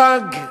הפג,